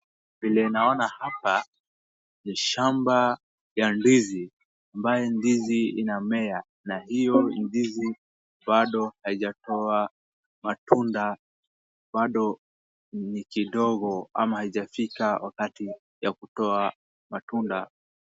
Vile naona hapa ni shamba ya ndizi amabye ndizi inamea na hiyo ndizi bado haijatoa matunda , bado ni kidogo ama haijafika wakati ya kutoa matunda.